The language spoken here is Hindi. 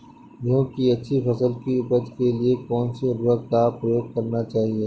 गेहूँ की अच्छी फसल की उपज के लिए कौनसी उर्वरक का प्रयोग करना चाहिए?